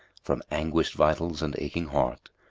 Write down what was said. from anguished vitals and aching heart,